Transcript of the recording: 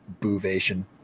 boovation